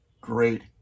great